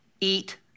Eat